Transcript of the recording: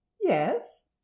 Yes